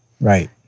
Right